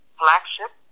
flagship